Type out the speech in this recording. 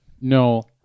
No